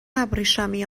ابریشمی